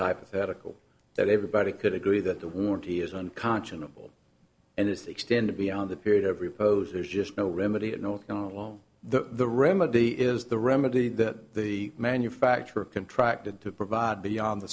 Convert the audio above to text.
hypothetical that everybody could agree that the warranty is unconscionable and is extended beyond the period of repose there's just no remedy and no along the remedy is the remedy that the manufacturer contracted to provide beyond the